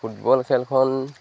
football খেলখন